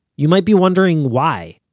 you might be wondering why.